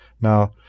Now